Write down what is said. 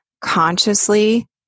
consciously